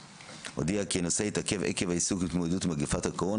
הודיע כי הנושא התעכב עקב העיסוק בהתמודדות עם מגפת הקורונה,